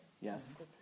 Yes